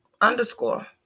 Underscore